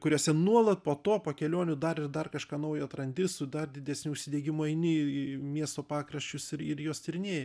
kuriuose nuolat po to po kelionių dar ir dar kažką naujo atrandi su dar didesniu užsidegimu eini į miesto pakraščius ir ir juos tyrinėji